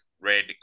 red